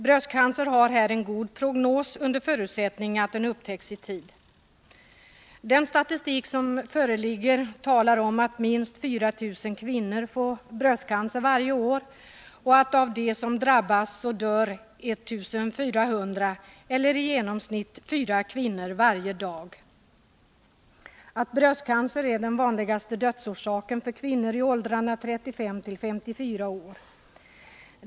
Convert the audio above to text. Bröstcancer har här en god prognos under förutsättning att den upptäcks i tid. Den statistik som föreligger talar om att minst 4000 kvinnor får bröstcancer varje år, och av dem som drabbas dör 1400 per år eller i genomsnitt fyra kvinnor varje dag. Bröstcancer är den vanligaste dödsorsaken för kvinnor i åldrarna 35 till 54 år.